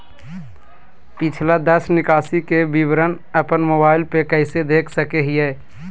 पिछला दस निकासी के विवरण अपन मोबाईल पे कैसे देख सके हियई?